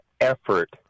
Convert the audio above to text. effort